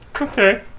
Okay